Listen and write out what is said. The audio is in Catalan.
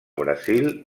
brasil